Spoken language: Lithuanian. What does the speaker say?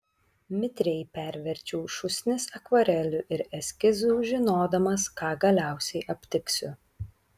mitriai perverčiau šūsnis akvarelių ir eskizų žinodamas ką galiausiai aptiksiu